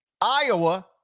Iowa